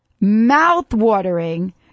mouth-watering